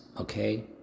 okay